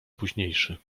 późniejszy